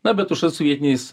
na bet užtat sovietiniais